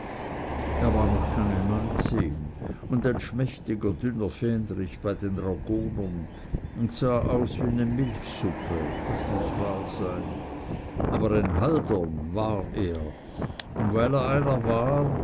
er war noch keine neunzehn und ein schmächtiger dünner fähnrich bei den dragonern und sah aus wie ne milchsuppe das muß wahr sein aber ein haldern war er und weil er einer war